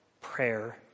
prayer